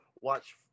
watch